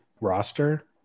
roster